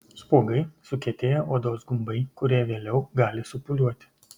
spuogai sukietėję odos gumbai kurie vėliau gali supūliuoti